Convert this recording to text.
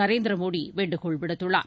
நரேந்திர மோடி வேண்டுகோள் விடுத்துள்ளார்